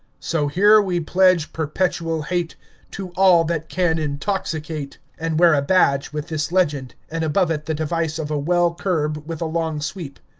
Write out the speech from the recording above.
so here we pledge perpetual hate to all that can intoxicate and wear a badge with this legend, and above it the device of a well-curb with a long sweep.